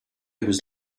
was